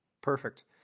Perfect